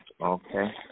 Okay